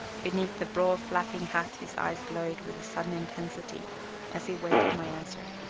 beneath the broad, flapping hat his eyes glowed with a sudden intensity as he waited my answer.